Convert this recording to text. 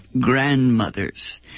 grandmothers